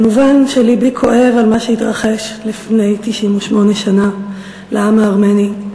כמובן שלבי כואב על מה שהתרחש לפני 98 שנה לעם הארמני.